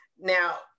Now